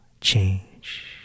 change